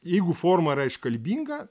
jeigu forma yra iškalbinga